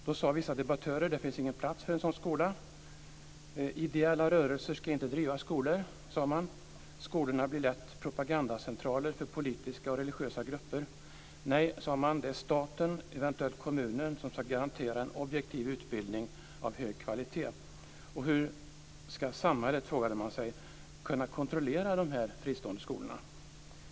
Då sade vissa debattörer att det inte fanns någon plats för en sådan skola. Ideella rörelser ska inte driva skolor, sade man. Skolorna blir lätt propagandacentraler för politiska och religiösa grupper. Nej, sade man, det är staten, eventuellt kommunen, som ska garantera en objektiv utbildning av hög kvalitet. Hur ska samhället, frågade man sig, kunna kontrollera de fristående skolorna?